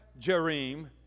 Jerim